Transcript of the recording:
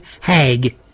hag